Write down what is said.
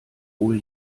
wohl